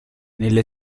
nelle